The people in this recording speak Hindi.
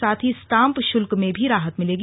साथ ही स्टांप शुल्क में भी राहत मिलेगी